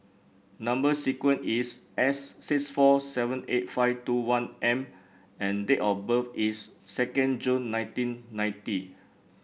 number sequence is S six four seven eight five two one M and date of birth is second June nineteen ninety